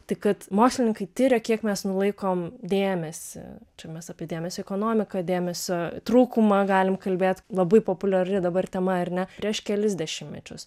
tai kad mokslininkai tiria kiek mes nulaikom dėmesį čia mes apie dėmesio ekonomiką dėmesio trūkumą galim kalbėt labai populiari dabar tema ar ne prieš kelis dešimtmečius